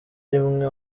rimwe